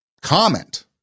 comment